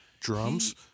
Drums